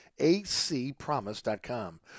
acpromise.com